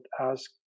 ask